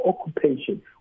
occupation